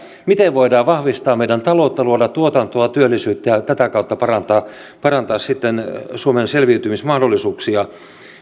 miten voidaan vahvistaa meidän taloutta luoda tuotantoa työllisyyttä ja tätä kautta parantaa parantaa sitten suomen selviytymismahdollisuuksia